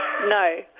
No